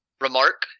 Remark